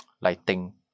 lighting